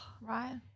right